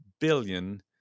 billion